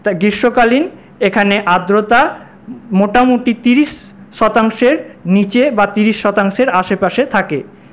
তাই গ্রীষ্মকালীন এখানে আর্দ্রতা মোটামুটি তিরিশ শতাংশের নীচে বা তিরিশ শতাংশের আশেপাশে থাকে